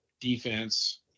defense